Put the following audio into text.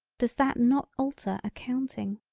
does that not alter a counting.